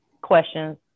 questions